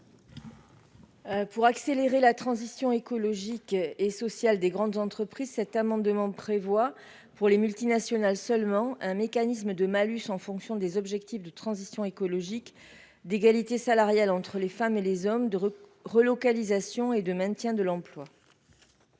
d'accélérer la transition écologique et sociale des grandes entreprises, nous proposons dans cet amendement, uniquement pour les multinationales, un mécanisme de malus calculé en fonction des objectifs de transition écologique, d'égalité salariale entre les femmes et les hommes, de relocalisation et de maintien de l'emploi.